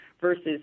versus